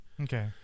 Okay